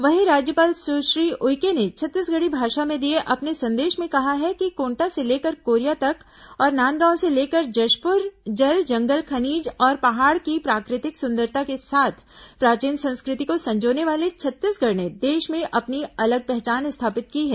वहीं राज्यपाल सुश्री उइके ने छत्तीसगढ़ी भाषा में दिए अपने संदेश में कहा है कि कोंटा से लेकर कोरिया तक और नांदगांव से लेकर जशपुर जल जंगल खनिज और पहाड़ की प्राकृतिक सुंदरता के साथ प्राचीन संस्कृति को संजोने वाले छत्तीसगढ़ ने देश में अपनी अलग पहचान स्थापित की है